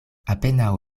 apenaŭ